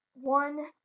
one